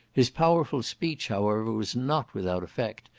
his powerful speech, however, was not without effect,